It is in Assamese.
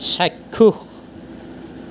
চাক্ষুষ